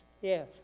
yes